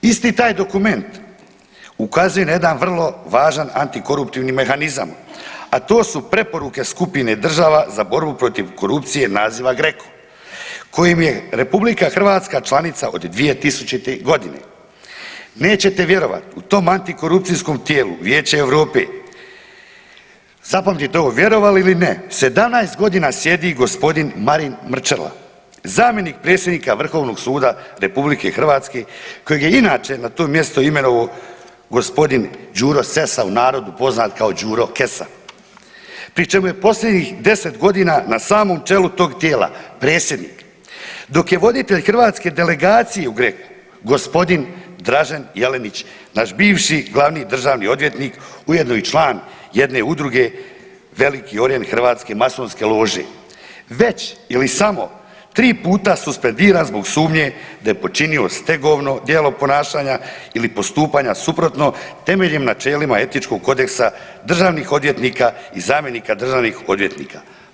Isti taj dokument ukazuje na jedan vrlo važan antikoruptivni mehanizam, a to su preporuke skupine država za borbu protiv korupcije naziva GRECO kojim je RH članica od 2000. g. Nećete vjerovati, u tom antikorupcijskom tijelu Vijeća EU, zapamtite ovo, vjerovali ili ne, 17 godina sjedi g. Marin Mrčela, zamjenik predsjednika Vrhovnog suda RH kojeg je inače na to mjesto imenovao g. Đuro Sesa, u narodu poznat kao Đuro Kesa, pri čemu je posljednjih 10 godina na samom čelu tog tijela predsjednik, dok je voditelj hrvatske delegacije u GRECO-u g. Dražen Jelenić, naš bivši glavni državni odvjetnik, ujedno i član jedne udruge, Veliki orijent hrvatske masonske lože, već ili samo 3 puta suspendiran zbog sumnje da je počinio stegovno djelo ponašanja ili postupanja suprotno temeljnim načelima Etičkog kodeksa državnih odvjetnika i zamjenika državnih odvjetnika.